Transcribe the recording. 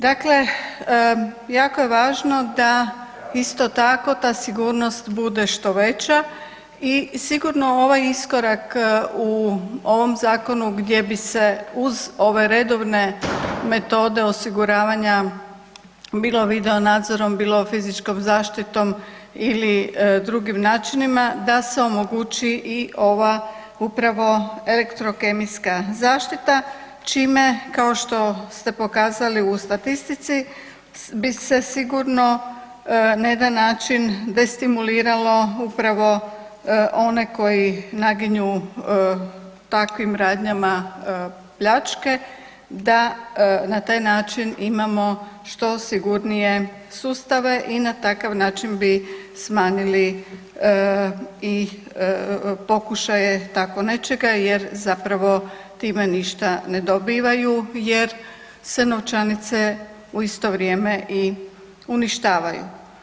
Dakle, jako je važno da isto tako ta sigurnost bude što veća i sigurno ovaj iskorak u ovom zakonu gdje bi se uz ove redovne metode osiguravanja bilo video nadzorom, bilo fizičkom zaštitom ili drugim načinima da se omogući i ova upravo elektrokemijska zaštita čime kao što ste pokazali u statistici bi se sigurno na jedan način destimuliralo upravo one koji naginju takvim radnjama pljačke da na taj način imamo što sigurnije sustave i na takav način bi smanjili i pokušaje tako nečega jer zapravo time ništa ne dobivaju jer se novčanice u isto vrijeme i uništavaju.